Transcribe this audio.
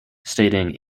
stating